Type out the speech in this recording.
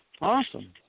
Awesome